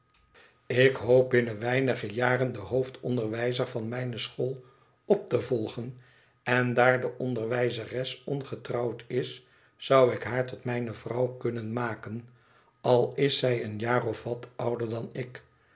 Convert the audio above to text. ik hoop binnen weinige jaren den hoofdonderwijzer van mijne school op te volgen en daar de onderwijzeres ongetrouwd is zou ik haar tot mijne vrouw kunnen maken al is zij een jaar of wat ouder dan ik